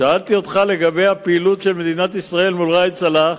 שאלתי אותך על הפעילות של מדינת ישראל מול ראאד סלאח,